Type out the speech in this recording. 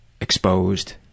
exposed